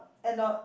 and not